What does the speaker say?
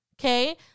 Okay